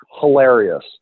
Hilarious